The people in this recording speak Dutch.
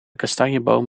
kastanjeboom